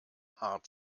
hart